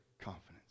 confidence